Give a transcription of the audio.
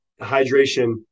hydration